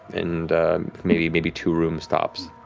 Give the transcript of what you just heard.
and maybe maybe two rooms tops.